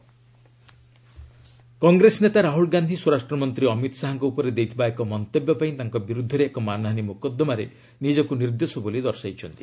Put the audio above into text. court Rahul Congress ନେତା ରାହୁଲ ଗାନ୍ଧି ସ୍ୱରାଷ୍ଟ୍ର ମନ୍ତ୍ରୀ ଅମିତ ଶାହାଙ୍କ ଉପରେ ଦେଇଥିବା ଏକ ମନ୍ତବ୍ୟ ପାଇଁ ତାଙ୍କ ବିରୃଦ୍ଧରେ ଏକ ମାନହାନୀ ମକୋଦ୍ଦମାରେ ନିଜକ୍ତ୍ ନିର୍ଦ୍ଦୋଷ ବୋଲି ଦର୍ଶାଇଛନ୍ତି